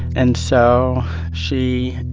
and so she,